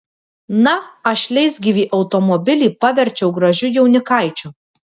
na aš leisgyvį automobilį paverčiau gražiu jaunikaičiu